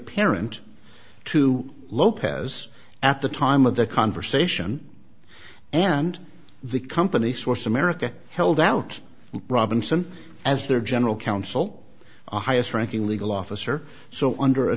parent to lopez at the time of their conversation and the company source america held out robinson as their general counsel our highest ranking legal officer so under a